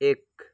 एक